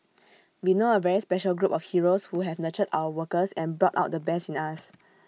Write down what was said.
we know A very special group of heroes who have nurtured our workers and brought out the best in us